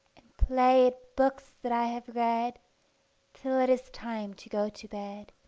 play at books that i have read till it is time to go to bed.